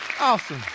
Awesome